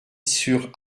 sur